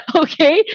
okay